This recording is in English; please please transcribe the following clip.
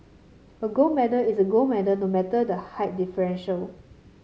a gold medal is a gold medal no matter the height differential